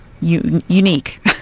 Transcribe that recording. unique